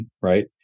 right